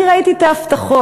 אני ראיתי את ההבטחות.